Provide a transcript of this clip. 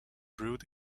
brewed